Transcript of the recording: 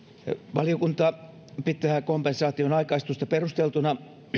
valiokunta pitää kompensaation aikaistusta perusteltuna